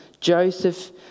Joseph